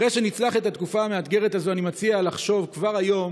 אחרי שנצלח את התקופה המאתגרת הזו אני מציע לחשוב כבר היום